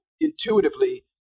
intuitively